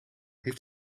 heeft